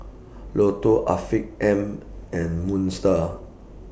Lotto Afiq M and Moon STAR